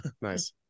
Nice